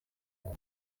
kuko